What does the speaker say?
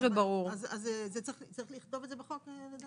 צריך לכתוב את זה בחוק?